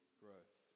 growth